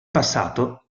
passato